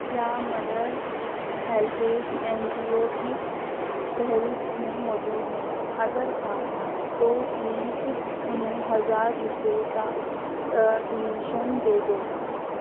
کیا Mother HelpAge N G O کی فہرست میں موجود ہے اگر ہاں تو پلیز انہیں ہزار روپے کا ڈونیشن دے دو